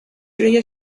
روی